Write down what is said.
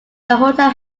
hotel